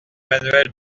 emmanuel